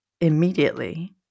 immediately